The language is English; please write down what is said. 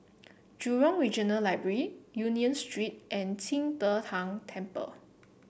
Jurong Regional Library Union Street and Qing De Tang Temple